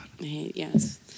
yes